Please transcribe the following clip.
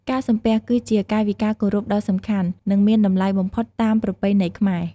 ការសំពះ គឺជាកាយវិការគោរពដ៏សំខាន់ និងមានតម្លៃបំផុតតាមប្រពៃណីខ្មែរ។